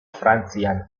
frantzian